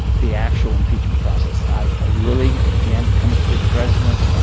the actual impeachment process. i really again, it comes to the president